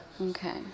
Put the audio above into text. Okay